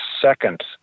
second